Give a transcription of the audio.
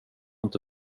inte